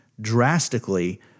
drastically